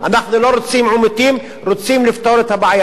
אנחנו לא רוצים עימותים, רוצים לפתור את הבעיה.